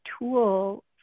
tool